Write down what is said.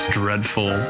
dreadful